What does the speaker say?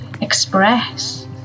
express